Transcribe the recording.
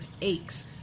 aches